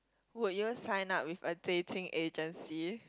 would you sign up with a dating agency